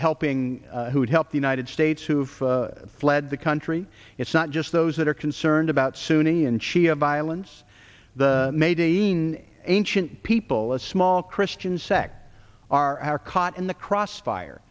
helping who would help the united states who've fled the country it's not just those that are concerned about sunni and shia violence the maybe in ancient people a small christian sect are are caught in the crossfire